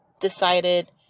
decided